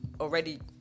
already